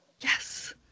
Yes